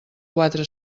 quatre